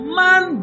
man